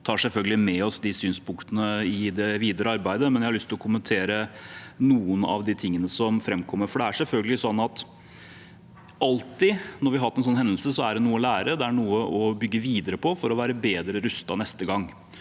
med oss de synspunktene i det videre arbeidet, men jeg har lyst til å kommentere noe av det som framkommer, for det er selvfølgelig alltid sånn at når vi har hatt en sånn hendelse, er det noe å lære. Det er noe å bygge videre på for å være bedre rustet neste gang.